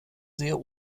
sehr